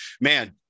man